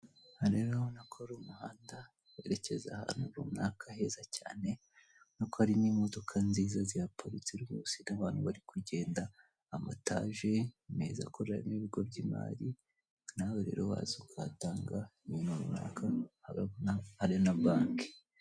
Aha rero ubona ko umuhanda werekeza ahantu runaka heza cyane, ubona ko hari n'imodoka nziza zihaparitse rwose abantu bari kugenda amataje meza akorerama ibigo by'imari, nawe rero waza ukahatanga ibintu runaka hari na bank.